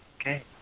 Okay